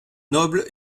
nobles